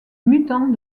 mutant